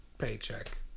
Paycheck